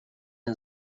ran